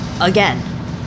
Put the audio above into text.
Again